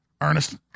Ernest